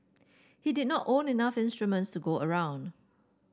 he did not own enough instruments to go around